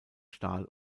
stahl